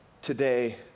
Today